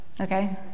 Okay